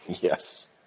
Yes